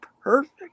perfect